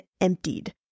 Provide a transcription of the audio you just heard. emptied